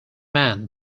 men